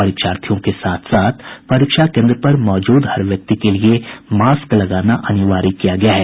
परीक्षार्थियों के साथ साथ परीक्षा कोन्द्र पर मौजूद हर व्यक्ति के लिए मास्क लगाना अनिवार्य किया गया है